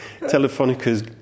Telefonica's